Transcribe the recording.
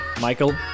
Michael